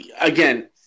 again